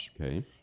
Okay